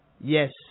Yes